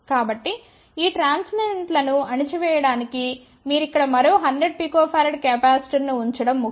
కాబట్టి ఈ ట్రాన్సియెంట్లను అణచివేయడానికి మీరు ఇక్కడ మరో 100 pF కెపాసిటర్ను ఉంచడం ముఖ్యం